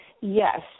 Yes